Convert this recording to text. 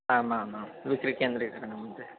आम् आम् आं